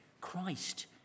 Christ